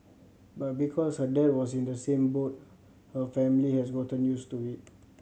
but because her dad was in the same boat her family has gotten used to it